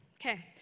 Okay